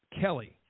kelly